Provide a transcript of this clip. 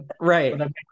Right